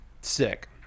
sick